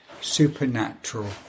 supernatural